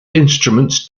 instruments